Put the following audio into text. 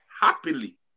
happily